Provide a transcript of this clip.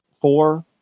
four